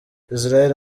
israel